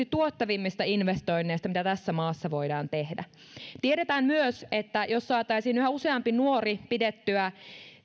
tuottavimmista investoinneista mitä tässä maassa voidaan tehdä tiedetään myös että jos saataisiin yhä useampi nuori pidettyä